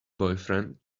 boyfriend